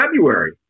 February